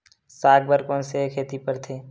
साग बर कोन से खेती परथे?